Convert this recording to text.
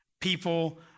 people